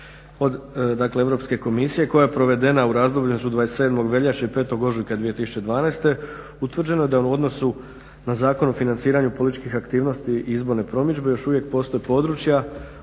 Europske komisije koja je provedena u razdoblju između 27. veljače i 5. ožujka 2012. utvrđeno je da u odnosu na Zakon o financiranju političkih aktivnosti i izborne promidžbe još uvijek postoje područja